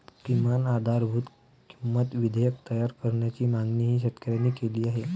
किमान आधारभूत किंमत विधेयक तयार करण्याची मागणीही शेतकऱ्यांनी केली आहे